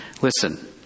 Listen